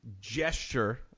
gesture